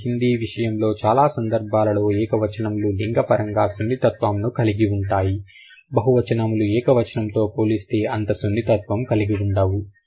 కానీ హిందీ విషయంలో చాలా సందర్భాలలో ఏకవచనములు లింగ పరంగా సున్నితత్వం ను కలిగి ఉంటాయి బహువచనము లు ఏక వచనం తో పోలిస్తే అంత సున్నితత్వం కలిగి ఉండవు